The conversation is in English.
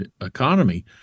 economy